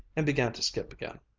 and began to skip again,